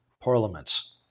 parliaments